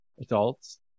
adults